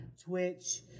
Twitch